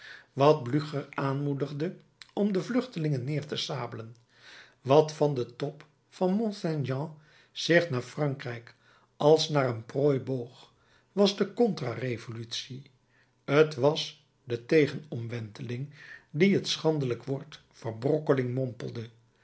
wat blücher aanmoedigde om de vluchtelingen neer te sabelen wat van den top van mont saint jean zich naar frankrijk als naar een prooi boog was de contra revolutie t was de tegenomwenteling die het schandelijk woord verbrokkeling mompelde